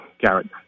Garrett